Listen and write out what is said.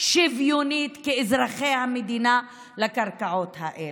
שוויונית כאזרחי המדינה לקרקעות האלה.